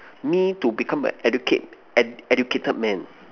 me to become a educate ed~ educated man